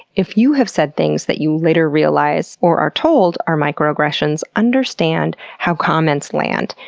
if you have said things that you later realize, or are told, are microaggressions, understand how comments land,